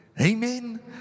Amen